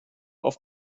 auf